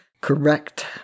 Correct